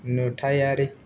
नुथायारि